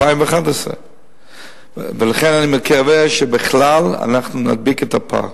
2011. ולכן אני מקווה שבכלל אנחנו נדביק את הפער.